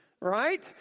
right